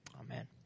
Amen